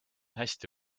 hästi